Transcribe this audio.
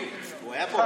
הוא היה פה.